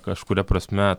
kažkuria prasme